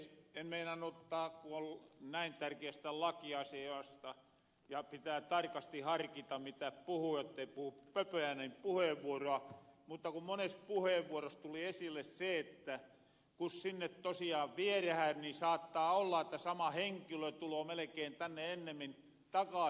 en meinannu ottaa puheenvuoroa kun on näin tärkiästä lakiasiasta kyse ja pitää tarkasti harkita mitä puhuu jottei puhu pöpöjä mutta kun mones puheenvuoros tuli esille se että kun sinne tosiaan vierähän niin saattaa olla että sama henkilö tuloo melekeen tänne ennemmin takaasi kuin saattajat